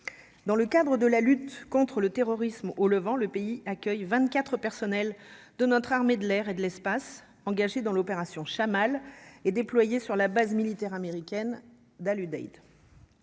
dans le cadre de la lutte contre le terrorisme au Levant, le pays accueille 24 personnel de notre armée de l'air et de l'espace engagés dans l'opération Chammal est déployée sur la base militaire américaine d'Al-Udeid.